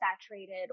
saturated